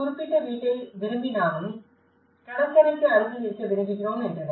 ஒரு குறிப்பிட்ட வீட்டை விரும்பினாலும் கடற்கரைக்கு அருகில் இருக்க விரும்புகிறோம் என்றனர்